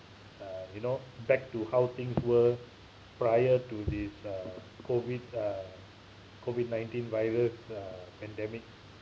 uh you know back to how things were prior to this uh COVID uh COVID nineteen virus uh pandemic